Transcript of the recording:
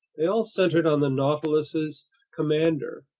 they all centered on the nautilus's commander.